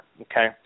okay